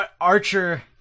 Archer